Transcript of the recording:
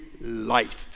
life